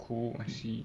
oh shit